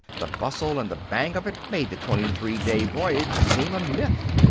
the bustle and the bang of it made the twenty-three-day voyage seem a myth.